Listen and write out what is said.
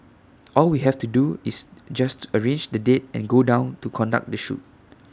all we have to do is just arrange the date and go down to conduct the shoot